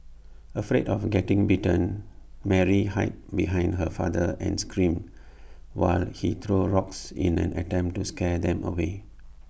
afraid of getting bitten Mary hid behind her father and screamed while he threw rocks in an attempt to scare them away